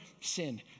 sin